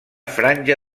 franja